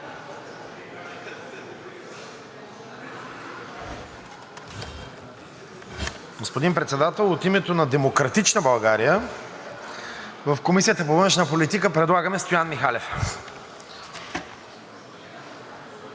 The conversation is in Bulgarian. Господин Председател, от името на „Демократична България“ в Комисията по външна политика предлагаме Стоян Михалев. ПРЕДСЕДАТЕЛ